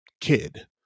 kid